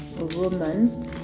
Romans